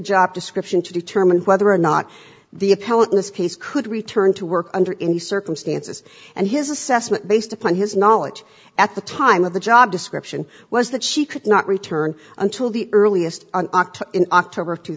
job description to determine whether or not the case could return to work under any circumstances and his assessment based upon his knowledge at the time of the job description was that she could not return until the earliest in october of two